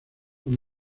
los